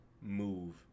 move